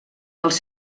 els